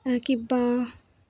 কিবা